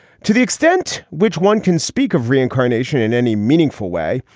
to the extent which one can speak of reincarnation in any meaningful way.